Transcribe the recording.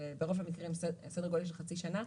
ברוב המקרים סדר גודל של חצי שנה,